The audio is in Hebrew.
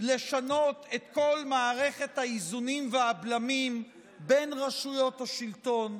מבקשת לשנות את כל מערכת האיזונים והבלמים בין רשויות השלטון,